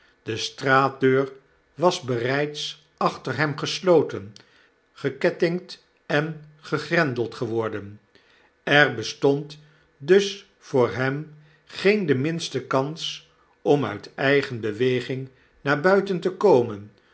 de straatdeur was bereids achter hem gesloten gekettingd en gegrendeld geworden er bestond dus voor hem geen de minste kans om uit eigen beweging naar buiten te komen